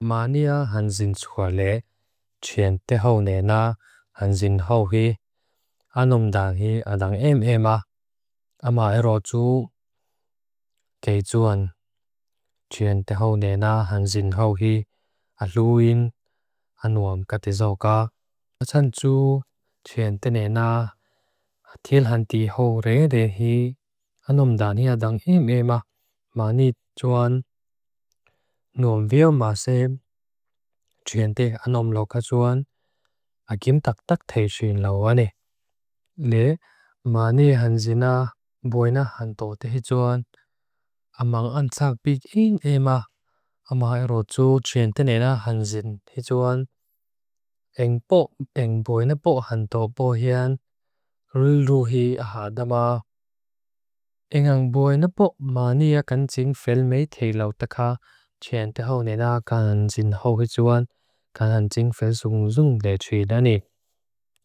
Mânia hansin tsukwa le, tsyen tehaw nena hansin haw hi, anuam dan hi adang em ema. Amha ero tsu, kei tsuan. Tsyen tehaw nena hansin haw hi, aluwin, anuam katizoka. Atsan tsu, tsyen tenena, til hanti haw re re hi, anuam dan hi adang em ema. Mâni tsuan. Nuam view mâsem. Tsyen teh anuam loka tsuan. Akim tak tak teh tsuyin lawane. Le, mâni hansina, boina hanto tehi tsuan. Amma ang tsakpik in ema. Amma ero tsu, tsyen tenena hansin tehi tsuan. Eng bo, eng boina bo hanto bo hian. Rul ruhi ahadama. Eng ang boina bo mânia kan tsin felmei te law taka. Tsyen tehaw nena kan hansin haw hi tsuan. Kan hansin felsung rung le tsui dani.